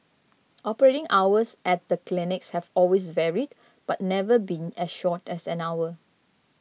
operating hours at the clinics have always varied but never been as short as an hour